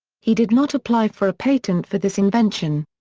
he did not apply for a patent for this invention.